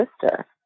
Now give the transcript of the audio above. sister